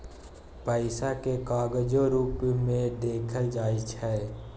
पैसा केँ कागजो रुप मे देखल जाइ छै